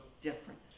different